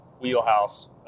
wheelhouse